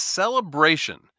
celebration